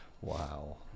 Wow